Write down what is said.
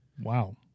Wow